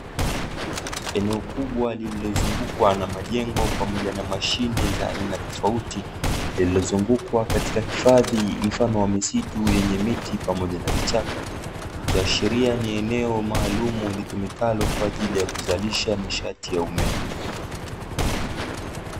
Eneo kubwa lililo zungukwa na majengo pamoja na mashine za aina tofauti, lilo zungukwa katika hifadhi mfano wa misitu yenye miti, pamoja na vicha. likiashiria ni eneo maalumu litumikalo kwaajili ya kuzalisha nishati ya umeme.